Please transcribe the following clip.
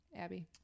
Abby